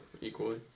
equally